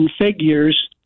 figures